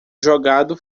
jogado